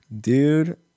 Dude